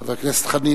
חבר הכנסת חנין,